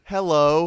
Hello